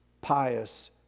pious